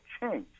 change